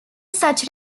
such